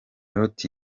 loti